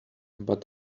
but